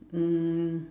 um